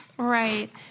Right